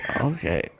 Okay